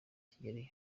kigeli